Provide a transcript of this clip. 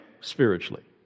spiritually